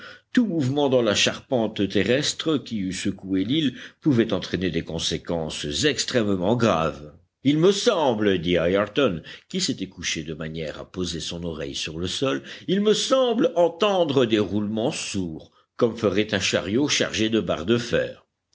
tout mouvement dans la charpente terrestre qui eût secoué l'île pouvait entraîner des conséquences extrêmement graves il me semble dit ayrton qui s'était couché de manière à poser son oreille sur le sol il me semble entendre des roulements sourds comme ferait un chariot chargé de barres de fer